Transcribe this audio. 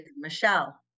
Michelle